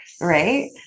right